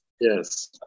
Yes